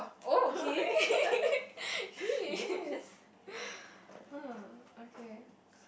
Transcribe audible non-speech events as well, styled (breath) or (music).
oh he (laughs) he (breath) oh okay